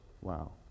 wow